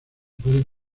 pueden